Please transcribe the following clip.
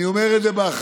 אני אומר את זה באחריות.